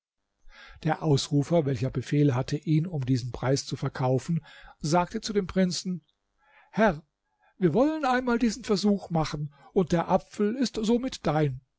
der ausrufer welcher befehl hatte ihn um diesen preis zu verkaufen sagte zu dem prinzen herr wir wollen einmal diesen versuch machen und der apfel ist somit dein